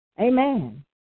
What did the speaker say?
Amen